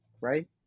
right